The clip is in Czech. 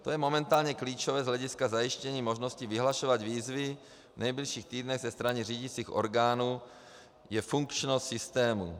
Co je momentálně klíčové z hlediska zajištění možnosti vyhlašovat výzvy v nejbližších týdnech ze strany řídicích orgánů, je funkčnost systému.